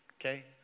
Okay